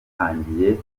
bwatangiye